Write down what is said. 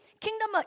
Kingdom